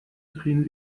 drehen